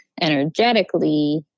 energetically